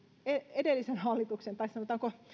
edellisen hallituksen tai sanotaanko